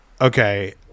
okay